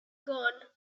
gone